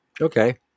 okay